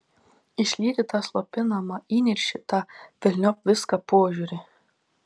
išlieti tą slopinamą įniršį tą velniop viską požiūrį